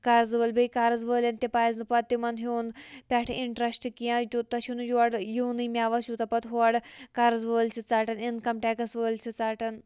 قرضہٕ وٲلۍ بیٚیہِ قرض وٲلٮ۪ن تہِ پَزِ نہٕ پَتہٕ تِمَن ہیوٚن پٮ۪ٹھ اِنٹرٛسٹ کینٛہہ تیوٗتاہ چھُنہٕ یورٕ یِونٕے مٮ۪وَس یوٗتاہ پَتہٕ ہورٕ قرض وٲلۍ چھِ ژَٹان اِنکَم ٹیکٕس وٲلۍ چھِ ژَٹان